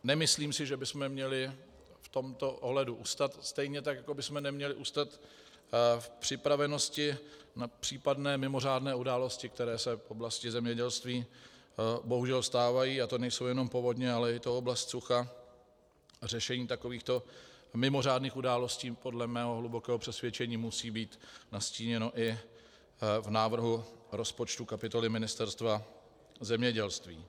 Nemyslím si, že bychom měli v tomto ohledu ustat, stejně tak jako bychom neměli ustat v připravenosti na případné mimořádné události, které se v oblasti zemědělství bohužel stávají, a to nejsou jenom povodně, ale je to oblast sucha, a řešení takovýchto mimořádných událostí podle mého hlubokého přesvědčení musí být nastíněno i v návrhu rozpočtu kapitoly Ministerstva zemědělství.